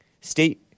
state